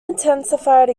intensified